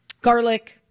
Garlic